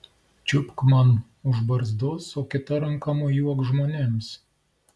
čiupk man už barzdos o kita ranka mojuok žmonėms